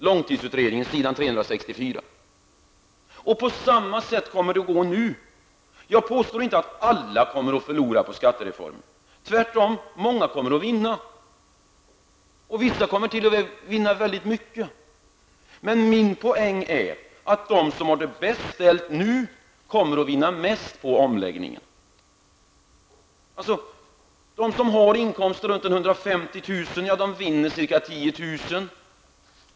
Detta finns angivet på s. 364 i långtidsutredningen. På samma sätt kommer det att gå nu. Jag påstår inte att alla kommer att förlora på skattereformen. Många kommer tvärtom att vinna. Vissa kommer t.o.m. att vinna väldigt mycket. Min poäng är att de som har det bäst ställt nu kommer att vinna mest på omläggningen. De som har inkomster runt 150 000 vinner ca 10 000.